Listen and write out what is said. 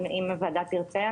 אם הוועדה תרצה,